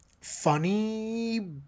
funny